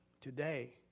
today